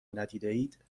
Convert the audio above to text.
ندیدهاید